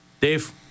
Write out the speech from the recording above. Dave